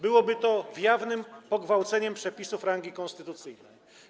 Byłoby to jawnym pogwałceniem przepisów rangi konstytucyjnej.